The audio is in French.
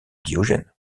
diogène